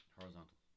horizontal